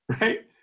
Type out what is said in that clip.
right